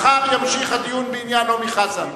מחר יימשך הדיון בעניין נעמי חזן.